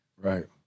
right